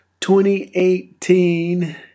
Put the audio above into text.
2018